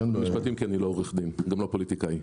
אני לא עורך דין, גם לא פוליטיקאי.